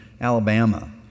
Alabama